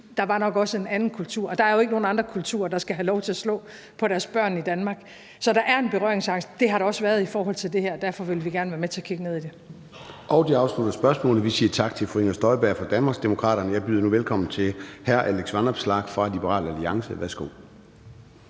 det nok også var en anden kultur. Der er jo ikke nogen andre kulturer i Danmark, hvor man skal have lov til at slå på sine børn. Så der er en berøringsangst. Det har der også været i forhold til det her, og derfor vil vi gerne være med til at kigge ned i det. Kl. 13:21 Formanden (Søren Gade): Det afslutter spørgsmålet. Vi siger tak til fru Inger Støjberg fra Danmarksdemokraterne. Jeg byder nu velkommen til hr. Alex Vanopslagh fra Liberal Alliance. Værsgo.